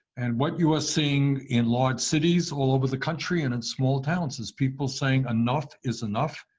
and what you are seeing in large cities all over the country and in small towns is people saying, enough is enough,